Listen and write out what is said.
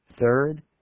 Third